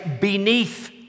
beneath